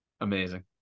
Amazing